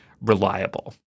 reliable